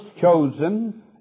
chosen